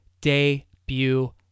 debut